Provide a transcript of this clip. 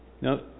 Now